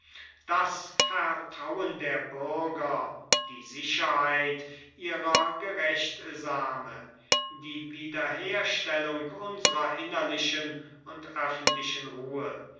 das vertrauen der bürger die sicherheit ihrer gerechtsame die wiederherstellung unsrer innerlichen und öffentlichen ruhe